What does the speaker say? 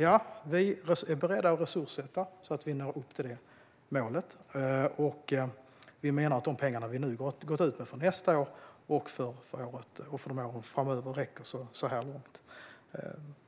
Ja, vi är beredda att resurssätta så att vi når upp till vårt mål, och vi menar att de pengar vi nu har gått ut med för nästa år och för åren framöver räcker så här långt.